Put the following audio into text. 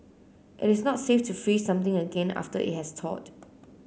it is not safe to freeze something again after it has thawed